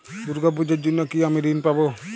দুর্গা পুজোর জন্য কি আমি ঋণ পাবো?